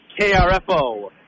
KRFO